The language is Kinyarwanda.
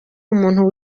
umuntu